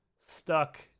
stuck